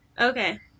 Okay